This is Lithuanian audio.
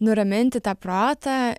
nuraminti tą protą